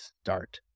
start